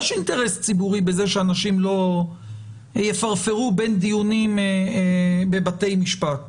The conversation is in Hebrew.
יש אינטרס ציבורי בזה שאנשים לא יפרפרו בין דיונים בבתי משפט,